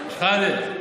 תאמין לי,